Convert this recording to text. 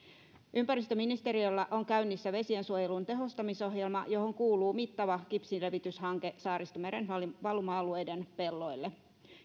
ympäristöministeriöllä on käynnissä vesiensuojelun tehostamisohjelma johon kuuluu mittava kipsilevityshanke saaristomeren valuma alueiden pelloille